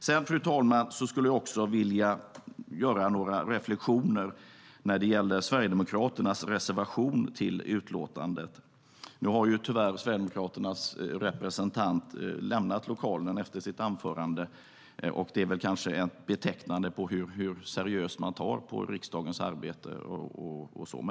Jag skulle också vilja göra några reflexioner när det gäller Sverigedemokraternas reservation i utlåtandet, fru talman. Tyvärr har Sverigedemokraternas representant lämnat lokalen efter sitt anförande, vilket kanske betecknar hur seriöst man tar på riksdagens arbete.